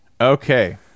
Okay